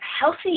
healthy